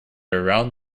around